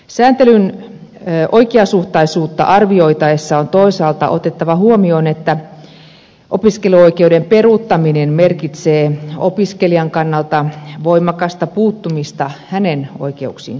sääntelyn oikeasuhtaisuutta arvioitaessa on toisaalta otettava huomioon että opiskeluoikeuden peruuttaminen merkitsee opiskelijan kannalta voimakasta puuttumista hänen oikeuksiinsa